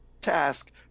task